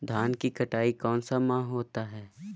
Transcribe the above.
धान की कटाई कौन सा माह होता है?